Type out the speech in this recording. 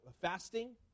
fasting